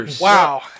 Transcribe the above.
Wow